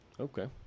okay